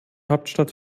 hauptstadt